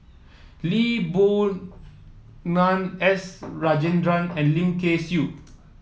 Lee Boon Ngan S Rajendran and Lim Kay Siu